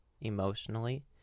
emotionally